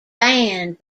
banned